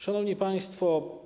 Szanowni Państwo!